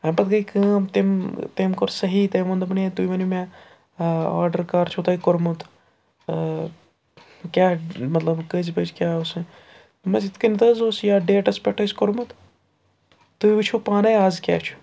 اَمہِ پَتہٕ گٔے کٲم تٔمۍ تٔمۍ کوٚر صحیح تٔمۍ ووٚن دوٚپُن ہے تُہۍ ؤنِو مےٚ آرڈَر کَر چھُو تۄہہِ کوٚرمُت کیٛاہ مطلب کٔژِ بَجہِ کیٛاہ اوسُہ دوٚپمَس یِتھ کٔنٮ۪تھ حظ اوس یَتھ ڈیٹَس پٮ۪ٹھ اَسہِ کوٚرمُت تُہۍ وٕچھِو پانَے آز کیٛاہ چھُ